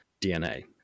DNA